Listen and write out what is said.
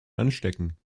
anstecken